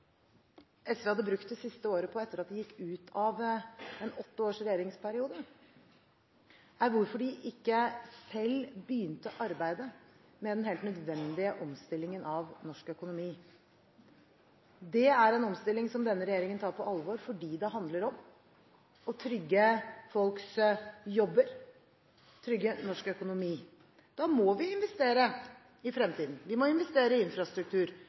SV hadde brukt det siste året på, etter at de gikk ut av regjeringen etter åtte år, var å spørre seg hvorfor de ikke selv begynte arbeidet med den helt nødvendige omstillingen av norsk økonomi. Det er en omstilling som denne regjeringen tar på alvor fordi det handler om å trygge folks jobber og trygge norsk økonomi. Da må vi investere i fremtiden. Vi må investere i infrastruktur.